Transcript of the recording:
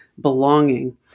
belonging